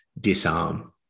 disarm